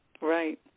Right